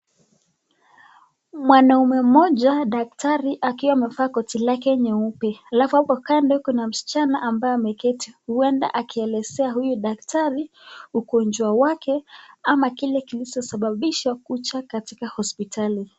Mwanaume mmoja daktari akiwa amevaa koti lake nyeupe, alafu hapo kando kuna msichana ambaye ameketi uenda kuelezea huyu daktari ugonjwa wake ama kile kilichosababisha kuja hospitali.